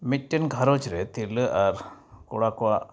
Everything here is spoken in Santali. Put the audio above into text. ᱢᱤᱫᱴᱮᱱ ᱜᱷᱟᱨᱚᱸᱡᱽᱨᱮ ᱛᱤᱨᱞᱟᱹ ᱟᱨ ᱠᱚᱲᱟ ᱠᱚᱣᱟᱜ